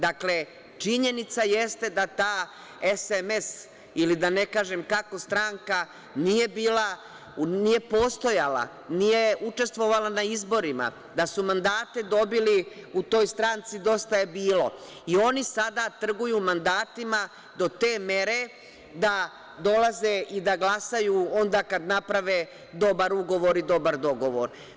Dakle, činjenica jeste da ta SNS ili da ne kažem kakva stranka, nije bila, nije postojala, nije učestvovala na izborima, da su mandate dobili u toj stranci Dosta je bilo i oni sada trguju mandatima do te mere da dolaze i da glasaju onda kada naprave dobar ugovor i dobar dogovor.